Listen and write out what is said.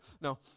no